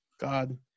God